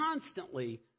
constantly